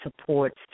supports